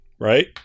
right